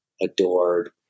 adored